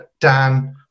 Dan